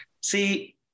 See